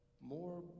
more